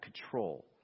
control